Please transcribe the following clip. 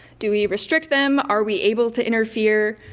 do we restrict them? are we able to interfere?